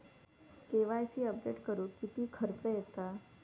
KYC update करुक किती खर्च येता?